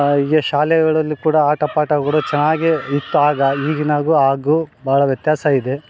ಹೀಗೆ ಶಾಲೆಗಳಲ್ಲಿ ಕೂಡ ಆಟ ಪಾಠಗಳು ಚೆನ್ನಾಗೇ ಇತ್ತು ಆಗ ಈಗಿನಾಗು ಆಗು ಬಹಳ ವ್ಯತ್ಯಾಸ ಇದೆ